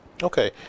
Okay